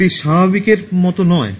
এটি স্বাভাবিকের মতো নয়